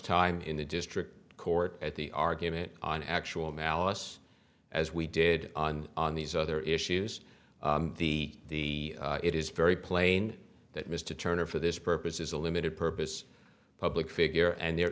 time in the district court at the argument on actual malice as we did on on these other issues the it is very plain that mr turner for this purpose is a limited purpose public figure and there